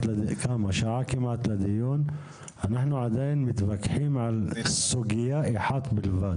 כמעט שעה מתחילת הדיון ואנחנו עדיין מתווכחים על סוגיה אחת בלבד.